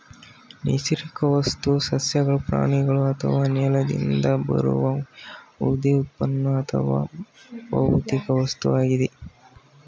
ನೈಸರ್ಗಿಕ ವಸ್ತುವು ಸಸ್ಯಗಳು ಪ್ರಾಣಿಗಳು ಅಥವಾ ನೆಲದಿಂದ ಬರುವ ಯಾವುದೇ ಉತ್ಪನ್ನ ಅಥವಾ ಭೌತಿಕ ವಸ್ತುವಾಗಿದೆ